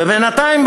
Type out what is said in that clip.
ובינתיים,